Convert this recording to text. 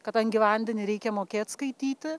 kadangi vandenį reikia mokėt skaityti